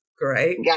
great